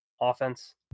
offense